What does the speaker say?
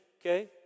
okay